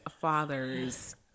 father's